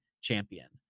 champion